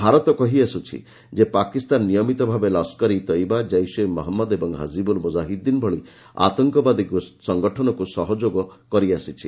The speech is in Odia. ଭାରତ କହିଆସ୍କୁଛି ଯେ ପାକିସ୍ତାନ ନିୟମିତ ଭାବେ ଲସ୍କର ଇ ତଏବା ଜୈସ୍ ଇ ମହମ୍ମଦ ଓ ହିଜ୍ବୁଲ୍ ମୁଜାହିଦ୍ଦିନ୍ ଭଳି ଆତଙ୍କବାଦୀ ସଂଗଠନକୁ ସାହାଯ୍ୟ ସହଯୋଗ କରିଆସିଛି